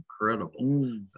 incredible